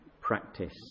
practice